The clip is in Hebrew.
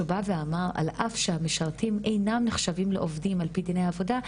כשהוא בא ואמר "..על אף שהמשרתים אינם נחשבים לעובדים על פי דיני עבודה,